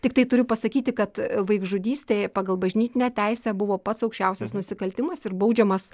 tiktai turiu pasakyti kad vaikžudystė pagal bažnytinę teisę buvo pats aukščiausias nusikaltimas ir baudžiamas